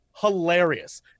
hilarious